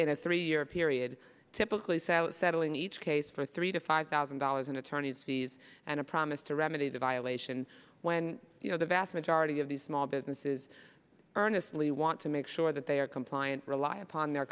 in a three year period typically say out settling each case for three to five thousand dollars in attorney's fees and a promise to remedy the violation when you know the vast majority of these small businesses earnestly want to make sure that they are compliant rely upon their